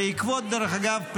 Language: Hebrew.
דרך אגב,